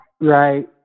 right